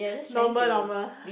normal normal